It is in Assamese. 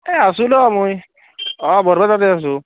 এই আছোঁ ৰ মই অ' বৰপেটাতে আছোঁ